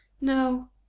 No